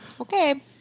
Okay